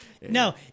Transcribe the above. No